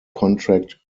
contract